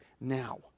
now